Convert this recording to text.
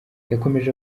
yakomeje